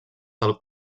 del